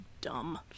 Dumb